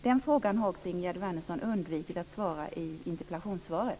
Ingegerd Wärnersson har också undvikit att besvara den frågan i interpellationssvaret.